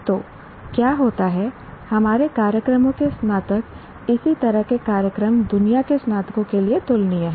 तो क्या होता है हमारे कार्यक्रमों के स्नातक इसी तरह के कार्यक्रम दुनिया के स्नातकों के लिए तुलनीय हैं